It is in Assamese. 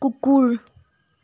কুকুৰ